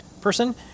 person